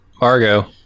Margot